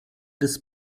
des